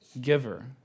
giver